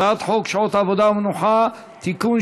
הצעת חוק שעות עבודה ומנוחה (תיקון,